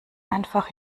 einfach